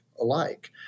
alike